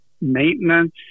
maintenance